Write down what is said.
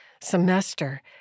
semester